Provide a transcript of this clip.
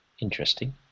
Interesting